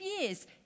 years